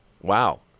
Wow